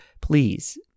please